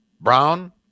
Brown